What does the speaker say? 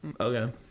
Okay